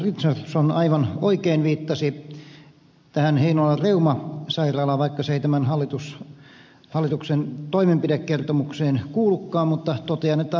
guzenina richardson aivan oikein viittasi heinolan reumasairaalaan vaikka se ei tähän hallituksen toimenpidekertomukseen kuulukaan mutta totean että aivan kuten ed